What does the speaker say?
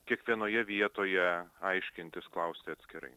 kiekvienoje vietoje aiškintis klausti atskirai